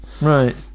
Right